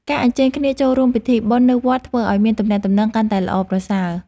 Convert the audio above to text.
ការអញ្ជើញគ្នាចូលរួមពិធីបុណ្យនៅវត្តធ្វើឱ្យមានទំនាក់ទំនងកាន់តែល្អប្រសើរ។